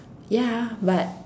ya but